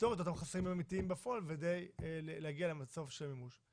לפתור את אותם חסמים האמיתיים בפועל ולהגיע למצב של מימוש.